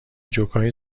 جوکهای